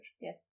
Yes